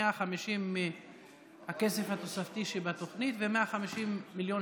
150 מהכסף התוספתי שבתוכנית ו-150 מיליון